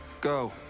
Go